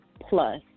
plus